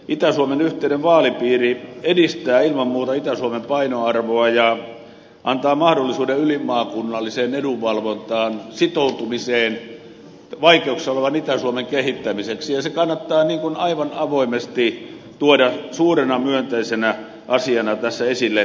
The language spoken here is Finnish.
itä suomen yhteinen vaalipiiri edistää ilman muuta itä suomen painoarvoa ja antaa mahdollisuuden ylimaakunnalliseen edunvalvontaan sitoutumiseen vaikeuksissa olevan itä suomen kehittämiseksi ja se kannattaa aivan avoimesti tuoda suurena myönteisenä asiana tässä esille